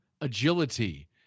agility